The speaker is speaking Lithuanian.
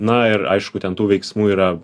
na ir aišku ten tų veiksmų yra